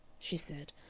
she said,